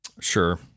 sure